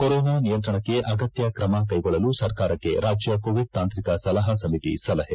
corona ನಿಯಂತ್ರಣಕ್ಕೆ ಅಗತ್ಯ ಕ್ರಮ ಕೈಗೊಳ್ಳಲು ಸರ್ಕಾರಕ್ಕೆ ರಾಜ್ಯ ಕೋವಿಡ್ ತಾಂತ್ರಿಕ ಸಲಹಾ ಸಮಿತಿ ಸಲಹೆ